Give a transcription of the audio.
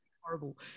horrible